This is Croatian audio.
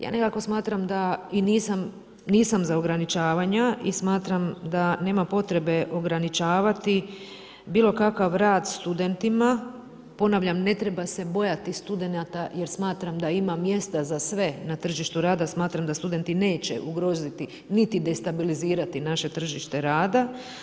Ja nekako smatram da i nisam za ograničavanja i smatram da nema potrebe ograničavati bilo kakav rad studentima, ponavljam, ne treba se bojati studenata jer smatram da ima mjesta za sve na tržištu rada, smatram da studenti neće ugroziti, niti destabilizirati naše tržište rada.